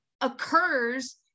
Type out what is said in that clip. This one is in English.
occurs